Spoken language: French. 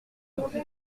neuf